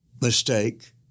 mistake